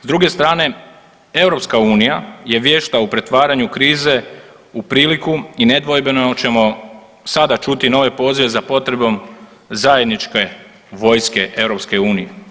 S druge strane, EU je vješta u pretvaranju krize u priliku i nedvojbeno je jer ćemo sada čuti nove pozive za potrebom zajedničke vojske EU.